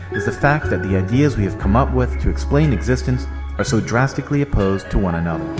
is the fact that the ideas we have come up with to explain existence are so drastically opposed to one another.